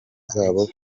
zabo